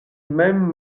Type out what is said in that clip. mem